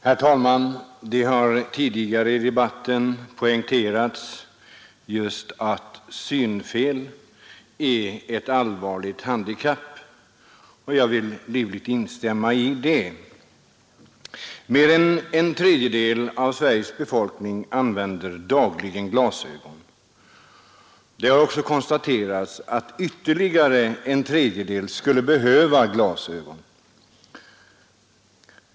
Herr talman! Det har tidigare i debatten poängterats att synfel är ett allvarligt handikapp, och jag vill livligt instämma i det. Mer än en tredjedel av Sveriges befolkning använder dagligen glasögon. Det har också konstaterats att ytterligare en tredjedel skulle behöva glasögon.